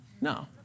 no